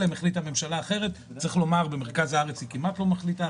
אלא תחליט הממשלה אחרת צריך לומר במרכז הארת היא כמעט מחליטה,